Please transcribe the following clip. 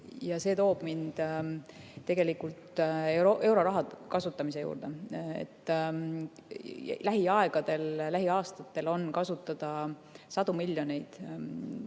ja see toob mind euroraha kasutamise juurde. Lähiaegadel, lähiaastatel on kasutada sadu miljoneid